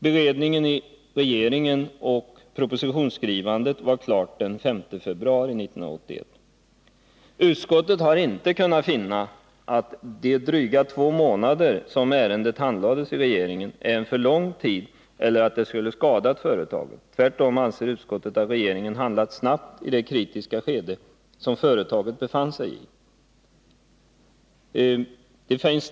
Beredningen i regeringen och propositionsskrivandet var klara den 5 februari 1981. Utskottet har inte kunnat finna att de dryga två månader under vilka ärendet handlades i regeringen är för lång tid, inte heller att det skulle ha skadat företaget. Tvärtom anser utskottet att regeringen handlat snabbt i det kritiska skede som företaget då befann sig i.